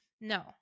No